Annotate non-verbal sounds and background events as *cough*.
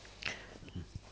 *breath*